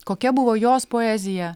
kokia buvo jos poezija